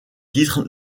titres